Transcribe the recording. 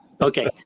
okay